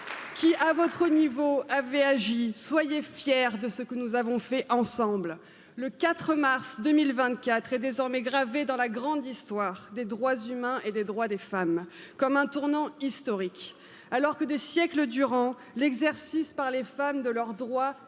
qui à votre niveau avait agi soyez fiers de ce que nous avons fait ensemble le quatre mars deux mille vingt quatre est désormais gravé dans la grande histoire des droits humains et des droits des femmes comme un tournant historique alors que des siècles durant l'exercice par les femmes de leurs droits inhérents